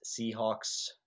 Seahawks